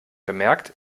bemerkt